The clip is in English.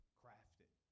crafted